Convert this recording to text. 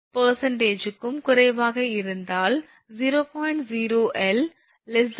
5 க்கும் குறைவாக இருந்தால் 0